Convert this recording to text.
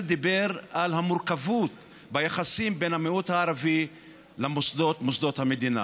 דיבר על המורכבות ביחסים בין המיעוט הערבי למוסדות המדינה,